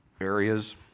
areas